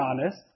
honest